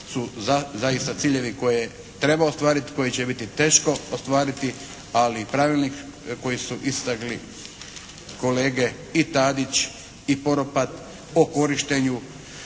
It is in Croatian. su zaista ciljevi koje treba ostvariti, koje će biti teško ostvariti. Ali pravilnik koji su istakli kolege i Tadić i Poropat po korištenju